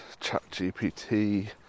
ChatGPT